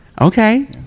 Okay